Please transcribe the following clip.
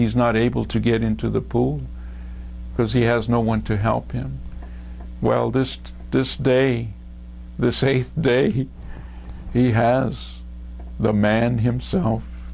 he's not able to get into the pool because he has no one to help him well this this day this a day he has the man himself